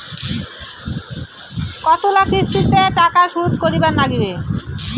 কতোলা কিস্তিতে টাকা শোধ করিবার নাগীবে?